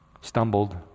stumbled